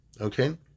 Okay